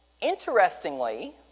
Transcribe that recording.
interestingly